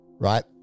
Right